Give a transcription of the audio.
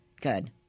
Good